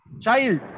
Child